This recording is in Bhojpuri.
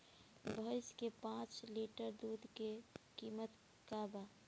भईस के पांच लीटर दुध के कीमत का बा?